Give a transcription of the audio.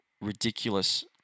ridiculous